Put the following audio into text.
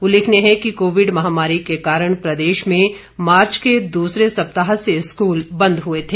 उल्लेखनीय है की कोविड महामारी के कारण प्रदेश में मार्च के दूसरे सप्ताह में स्कूल बंद हुए थे